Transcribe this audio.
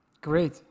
Great